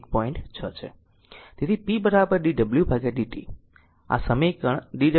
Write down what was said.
6 આ સમીકરણ 1